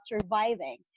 surviving